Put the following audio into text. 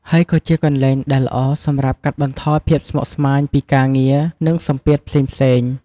ហើយក៏ជាកន្លែងដែលល្អសម្រាប់កាត់បន្ថយភាពស្មុគស្មាញពីការងារ និងសម្ពាធផ្សេងៗ។